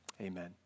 Amen